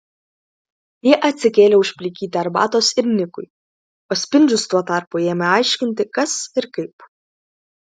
ji atsikėlė užplikyti arbatos ir nikui o spindžius tuo tarpu ėmė aiškinti kas ir kaip